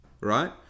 right